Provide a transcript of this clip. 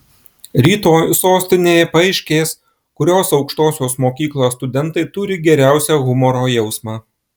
rytoj sostinėje paaiškės kurios aukštosios mokyklos studentai turi geriausią humoro jausmą